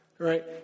Right